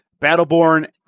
Battleborn